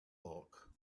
bulk